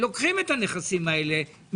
אלא הפרטה של 100%,